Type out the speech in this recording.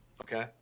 Okay